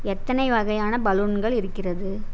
எத்தனை வகையான பலூன்கள் இருக்கிறது